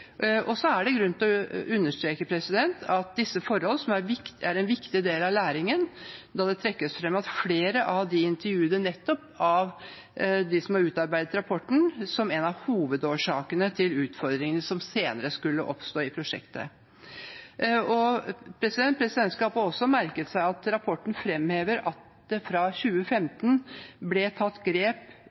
er grunn til å understreke at disse forhold er en viktig del av læringen, da det nettopp trekkes fram av flere av de intervjuede og av dem som har utarbeidet rapporten, som en av hovedårsakene til utfordringene som senere skulle oppstå i prosjektet. Presidentskapet har også merket seg at rapporten framhever at det fra 2015 ble tatt grep